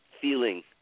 feeling